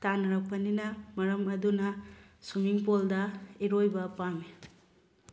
ꯇꯥꯟꯅꯔꯛꯄꯅꯤꯅ ꯃꯔꯝ ꯑꯗꯨꯅ ꯁ꯭ꯋꯤꯃꯤꯡ ꯄꯣꯜꯗ ꯏꯔꯣꯏꯕ ꯄꯥꯝꯃꯤ